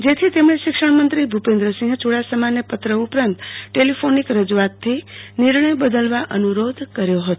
જેથી તેમણે શિક્ષણમંત્રી ભુપેન્દ્રસિંહ ચુડાસમાન પત્ર ઉપરાત ટેલીફોનીક રજુઆતથી નિર્ણય બદલવા અનુરોધકર્યો હતો